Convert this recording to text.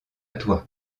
toi